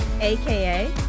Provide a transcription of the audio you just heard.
aka